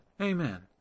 Amen